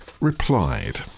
replied